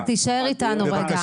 חסן, תישאר איתנו רגע.